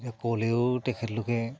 যে ক'লেও তেখেতলোকে